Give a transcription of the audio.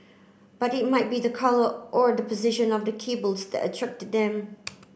but it might be the colour or the position of the cables that's attracted them